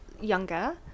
younger